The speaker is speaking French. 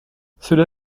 cela